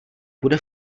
bude